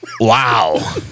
Wow